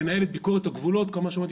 לנהל את ביקורת הגבולות כמו שאמרתי,